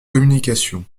communications